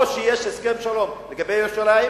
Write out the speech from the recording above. או שיש הסכם שלום לגבי ירושלים,